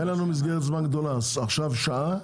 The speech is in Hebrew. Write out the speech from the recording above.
אין לנו מסגרת זמן ארוכה, עכשיו שעה.